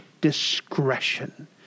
discretion